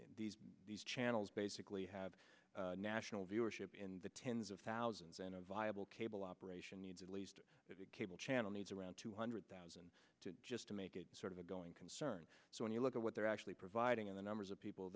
these channels basically have national viewership in the tens of thousands and a viable cable operation needs at least the cable channel needs around two hundred thousand to just to make it sort of a going concern so when you look at what they're actually providing in the numbers of people